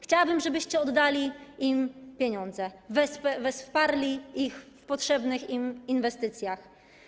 Chciałabym, żebyście oddali im pieniądze, wsparli ich w potrzebnych im inwestycjach.